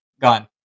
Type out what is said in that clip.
gone